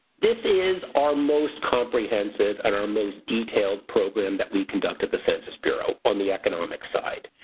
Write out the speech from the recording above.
this is our most comprehensive and our most detailed program that we conduct at the census bureau on the economic side.